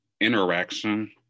interaction